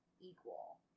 equal